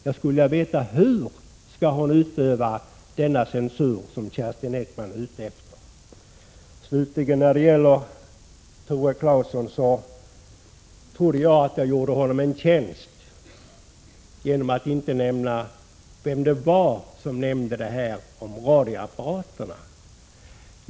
Jag skulle vilja veta hur miljöministern skall utöva den censur som Kerstin Ekman är ute efter. Jag trodde att jag gjorde Tore Claeson en tjänst genom att inte nämna vem det var som talade om radioapparaterna.